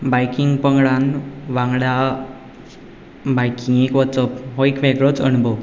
biking पंगडान वांगडा बायकिंगेंक वचप हो एक वेगळोच अणभव